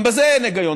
גם בזה אין היגיון.